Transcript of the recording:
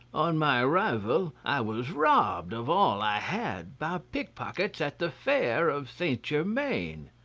on my arrival i was robbed of all i had by pickpockets at the fair of st. germain.